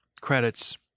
credits